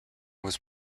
was